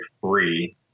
free